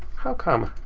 how come?